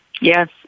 Yes